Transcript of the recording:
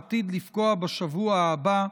העתיד לפקוע בשבוע הבא,